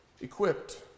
equipped